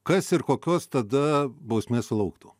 kas ir kokios tada bausmės sulauktų